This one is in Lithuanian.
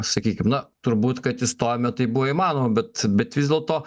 sakykim na turbūt kad įstojome tai buvo įmanoma bet bet vis dėlto